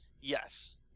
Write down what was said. Yes